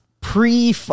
pre